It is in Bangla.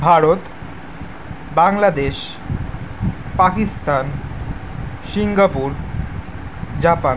Bharat Bangladesh Pakistan Singapore Japan